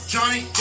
Johnny